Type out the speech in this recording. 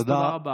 תודה רבה.